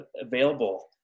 available